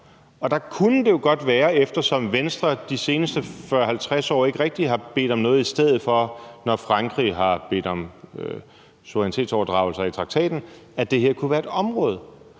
Der kunne det jo godt være, efter at Venstre de seneste 40-50 år ikke rigtig har bedt om at få noget til gengæld, når Frankrig har bedt om suverænitetsoverdragelser i traktaten, at det her kunne være et område.